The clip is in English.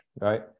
right